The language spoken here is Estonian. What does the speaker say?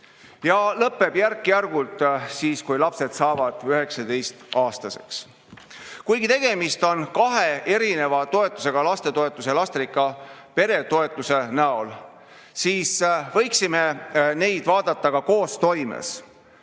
lõpeb järk-järgult siis, kui lapsed saavad 19-aastaseks. Kuigi tegemist on kahe erineva toetusega lastetoetuse ja lasterikka pere toetuse näol, võiksime neid vaadata ka koostoimes. Kõigile,